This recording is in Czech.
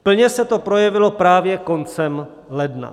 Plně se to projevilo právě koncem ledna.